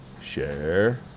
share